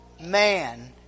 man